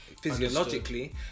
physiologically